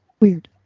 Weird